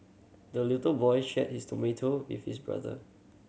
the little boy shared his tomato with his brother